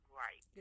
right